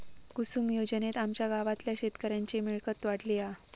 कुसूम योजनेत आमच्या गावातल्या शेतकऱ्यांची मिळकत वाढली हा